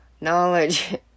Knowledge